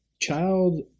child